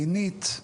מינית,